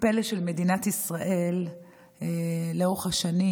שהפלא של מדינת ישראל לאורך השנים,